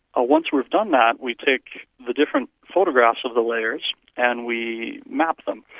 ah once we've done that we take the different photographs of the layers and we map them.